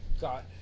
got